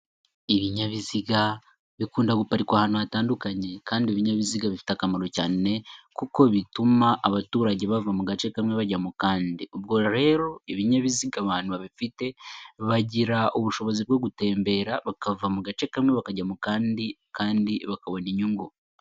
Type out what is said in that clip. Ibinyabiziga, bikunda guparikwa ahantu hatandukanye kandi ibinyabiziga bifite akamaro cyane kuko bituma abaturage bava mu gace kamwe bajya mu kandi. Ubwo rero ibinyabiziga abantu babifite, bagira ubushobozi bwo gutembera bakava mu gace kamwe bakajyamo kandi kandi bakabona inyungu.